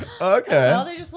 Okay